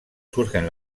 surgen